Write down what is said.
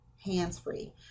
hands-free